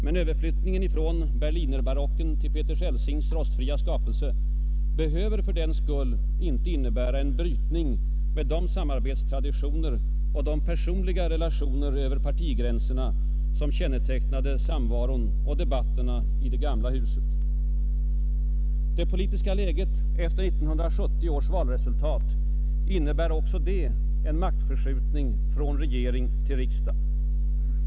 Men överflyttningen från berlinerbarocken till Peter Celsings rostfria skapelse behöver fördenskull inte innebära en brytning med de samarbetstraditioner och de personliga relationer över partigränserna som kännetecknade samvaron och debatterna i det gamla huset. Det politiska läget efter 1970 års val innebär också en maktförskjutning från regering till riksdag.